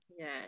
Yes